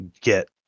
get